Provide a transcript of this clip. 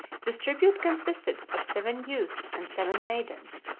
this tribute consisted of seven youths and seven maidens,